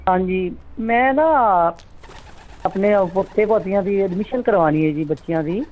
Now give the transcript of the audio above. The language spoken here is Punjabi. ਹਾਂਜੀ ਮੈਂ ਨਾ ਆਪਣੇ ਉਹ ਪੋਤੇ ਪੋਤੀਆਂ ਦੀ ਐਡਮਿਸ਼ਨ ਕਰਵਾਣੀ ਐ ਜੀ ਬੱਚਿਆਂ ਦੀ